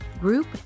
group